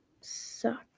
suck